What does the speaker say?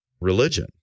religion